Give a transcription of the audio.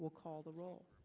will call the rol